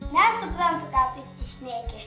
nesuprantu ką tu šneki